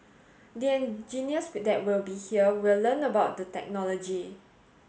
the engineers that will be here will learn about the technology